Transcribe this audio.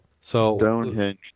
Stonehenge